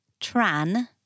Tran